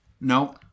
No